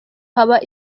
haba